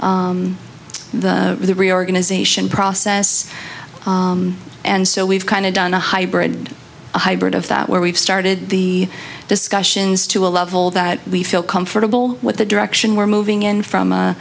the reorganization process and so we've kind of done a hybrid hybrid of that where we've started the discussions to a level that we feel comfortable with the direction we're moving in from